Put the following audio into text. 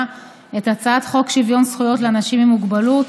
את הצעת חוק שוויון זכויות לאנשים עם מוגבלות.